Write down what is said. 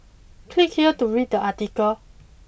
click here to read the article